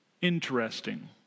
interesting